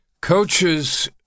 coaches